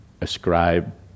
ascribe